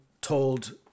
told